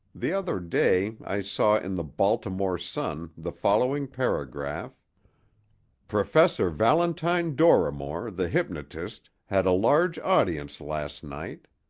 the other day i saw in the baltimore sun the following paragraph professor valentine dorrimore, the hypnotist, had a large audience last night.